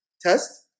test